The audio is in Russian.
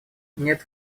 нет